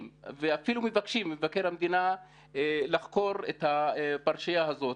ואפילו מבקשים ממבקר המדינה לחקור את הפרשיה הזאת.